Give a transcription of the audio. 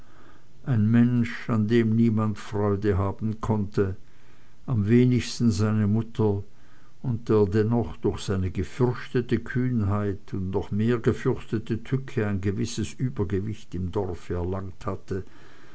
ein mensch an dem niemand freude haben konnte am wenigsten seine mutter und der dennoch durch seine gefürchtete kühnheit und noch mehr gefürchtete tücke ein gewisses übergewicht im dorfe erlangt hatte